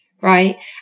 right